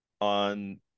on